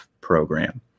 program